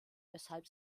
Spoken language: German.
weshalb